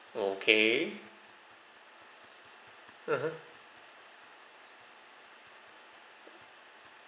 okay (uh huh)